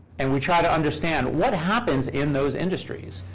and we try to understand what happens in those industries.